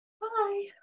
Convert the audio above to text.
Bye